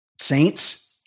Saints